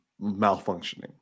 malfunctioning